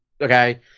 Okay